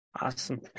Awesome